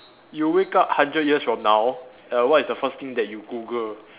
you wake up hundred years from now err what is the first thing that you Google